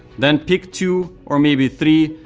then pick two or maybe three,